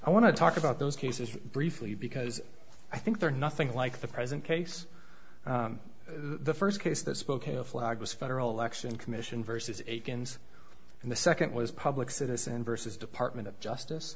i want to talk about those cases briefly because i think they're nothing like the present case the first case that spokeo flag was federal election commission versus akins and the second was public citizen versus department of justice